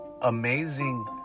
amazing